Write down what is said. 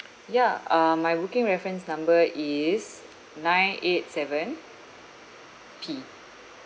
ya uh my booking reference number is nine eight seven p